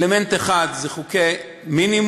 אלמנט אחד הוא חוקי מינימום: